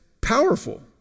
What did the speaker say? powerful